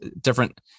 different